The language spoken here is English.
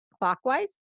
clockwise